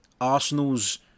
Arsenal's